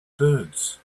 birds